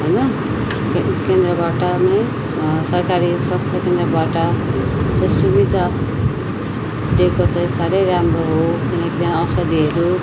होइन केन्द्रबाट नै सरकारी स्वास्थ्य केन्द्रबाट चाहिँ सुविधा दिएको चाहिँ साह्रै राम्रो हो किनकि यहाँ औषधीहरू